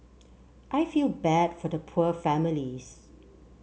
I feel bad for the poor families